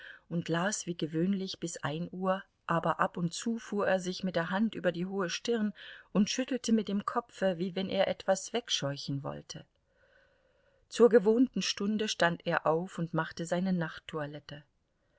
und las wie gewöhnlich bis ein uhr aber ab und zu fuhr er sich mit der hand über die hohe stirn und schüttelte mit dem kopfe wie wenn er etwas wegscheuchen wollte zur gewohnten stunde stand er auf und machte seine